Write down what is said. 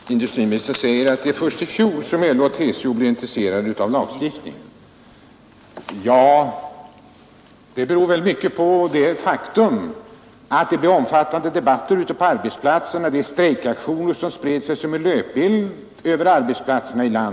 Herr talman! Industriministern säger att LO och TCO först i fjol blev intresserade av en lagstiftning. Det beror väl mycket på det faktum att det blev omfattande debatter ute på arbetsplatserna och att strejkaktionerna spred sig som en löpeld över landet.